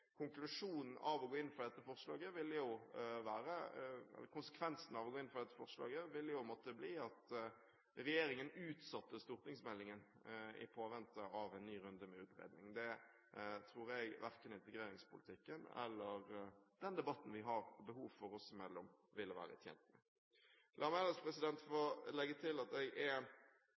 Konsekvensen av å gå inn for dette forslaget ville jo måtte bli at regjeringen utsatte stortingsmeldingen i påvente av en ny runde med utredning. Men det tror jeg verken integreringspolitikken eller den debatten vi har behov for oss imellom, ville være tjent med. La meg ellers få legge til at jeg er